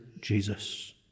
Jesus